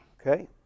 okay